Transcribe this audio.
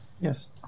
Yes